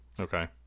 Okay